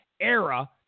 era